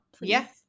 Yes